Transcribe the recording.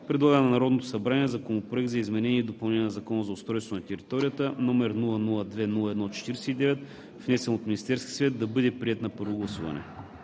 предлага на Народното събрание Законопроект за изменение и допълнение на Закона за устройство на територията, № 002-01-49, внесен от Министерския съвет, да бъде приет на първо гласуване.“